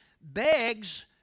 begs